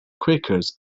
quakers